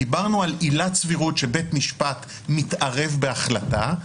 דיברנו על עילת סבירות שבית משפט מתערב בהחלטה,